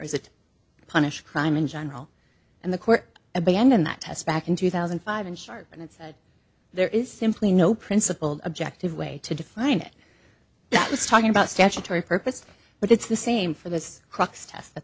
or is it punish crime in general and the court abandoned that test back in two thousand and five and charge and it said there is simply no principled objective way to define it that was talking about statutory purpose but it's the same for this crux test that